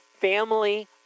family